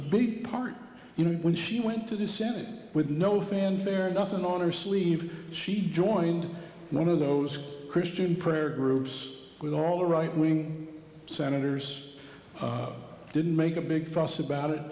big part you know when she went to the senate with no fanfare nothing on her sleeve she joined one of those christian prayer groups with all the right wing senators didn't make a big fuss about it